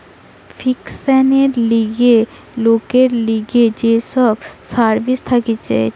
ফিন্যান্সের লিগে লোকের লিগে যে সব সার্ভিস থাকতিছে